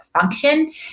function